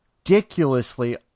ridiculously